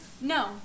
No